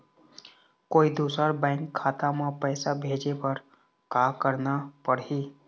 कोई दूसर बैंक खाता म पैसा भेजे बर का का करना पड़ही?